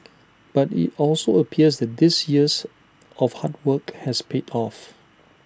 but IT also appears that his years of hard work has paid off